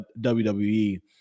WWE